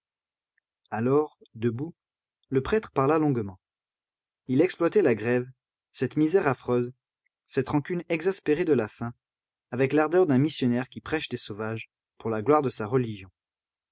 alors debout le prêtre parla longuement il exploitait la grève cette misère affreuse cette rancune exaspérée de la faim avec l'ardeur d'un missionnaire qui prêche des sauvages pour la gloire de sa religion